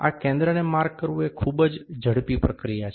આ કેન્દ્રને માર્ક કરવું એ ખૂબ જ ઝડપી પ્રક્રિયા છે